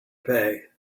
pay